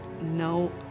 no